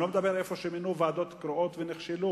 אני לא מדבר על רשויות שמינו בהן ועדות קרואות ונכשלו.